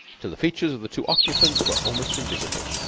till the features of the two occupants were almost invisible.